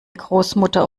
großmutter